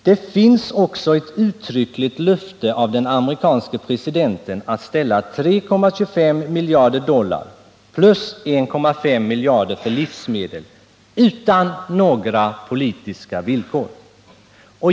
Det finns också ett uttryckligt löfte av den amerikanske presidenten att ställa 3,25 miljarder dollar plus 1,5 miljarder för livsmedel till förfogande och detta utan några politiska villkor.